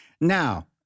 Now